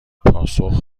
پاسخ